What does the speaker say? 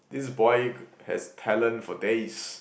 this boy g~ has talent for days